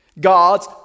God's